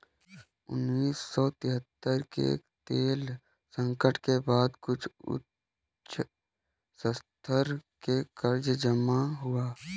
उन्नीस सौ तिहत्तर के तेल संकट के बाद कुछ उच्च स्तर के कर्ज जमा हुए